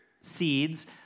seeds